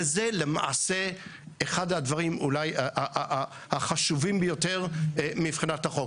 וזה למעשה אחד הדברים אולי החשובים ביותר מבחינת החוק.